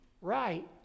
right